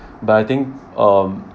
but I think um